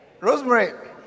Rosemary